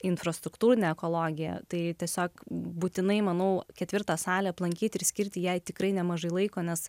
infrastruktūrinę ekologiją tai tiesiog būtinai manau ketvirtą salę aplankyti ir skirti jai tikrai nemažai laiko nes